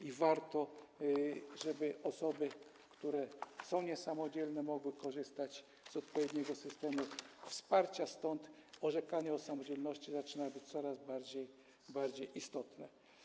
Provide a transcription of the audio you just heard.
Dobrze byłoby, żeby osoby, które są niesamodzielne, mogły korzystać z odpowiedniego systemu wsparcia, stąd orzekanie o samodzielności zaczyna być coraz bardziej istotne.